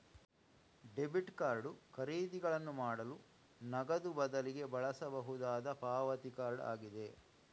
debit card ಖರೀದಿಗಳನ್ನು ಮಾಡಲು ನಗದು ಬದಲಿಗೆ ಬಳಸಬಹುದಾದ ಪಾವತಿ ಕಾರ್ಡ್ ಆಗಿದೆ